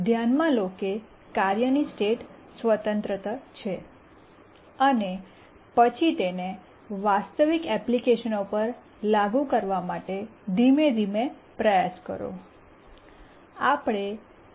ધ્યાનમાં લો કે કાર્યની સ્ટેટ સ્વતંત્ર છે અને પછી તેને વાસ્તવિક એપ્લિકેશનો પર લાગુ કરવા માટે ધીમે ધીમે પ્રયાસ કરો